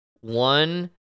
one